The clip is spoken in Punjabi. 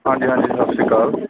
ਹਾਂਜੀ ਹਾਂਜੀ ਸਤਿ ਸ਼੍ਰੀ ਅਕਾਲ